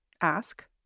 ask